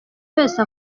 wese